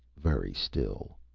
very still.